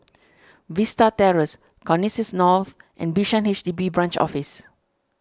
Vista Terrace Connexis North and Bishan H D B Branch Office